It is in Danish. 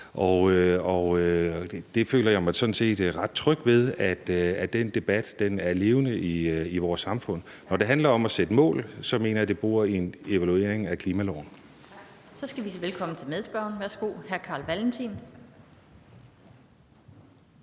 og jeg føler mig sådan set ret tryg ved, at den debat er levende i vores samfund. Når det handler om at sætte mål, mener jeg, at det bor i en evaluering af klimaloven. Kl. 14:38 Den fg. formand (Annette